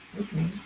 okay